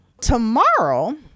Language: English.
Tomorrow